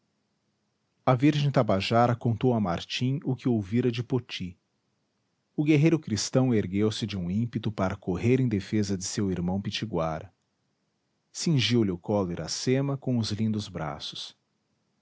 a virgem tabajara contou a martim o que ouvira de poti o guerreiro cristão ergueu-se de um ímpeto para correr em defesa de seu irmão pitiguara cingiu lhe o colo iracema com os lindos braços